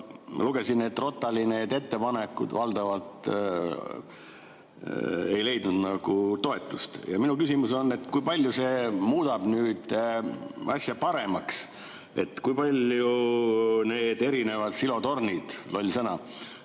lugesin, et ROTAL-i ettepanekud valdavalt ei leidnud toetust. Ja minu küsimus on, kui palju see muudab asja paremaks, kui palju need erinevad silotornid – loll sõna!